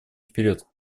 вперед